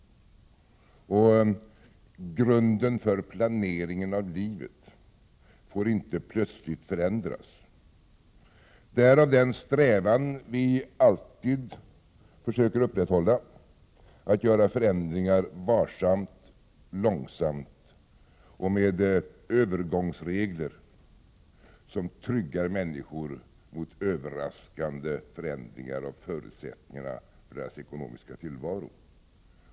Grunden för planeringen av livet får inte plötsligt förändras. Därav följer den strävan som vi alltid försöker upprätthålla: att göra förändringar varsamt, långsamt och med övergångsregler som tryggar människor mot överraskande förändringar av förutsättningarna för deras ekonomiska tillvaro.